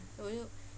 then 我就